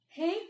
Hey